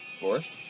Forest